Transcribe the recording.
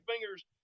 fingers